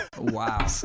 Wow